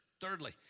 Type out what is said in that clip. Thirdly